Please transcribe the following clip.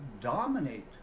dominate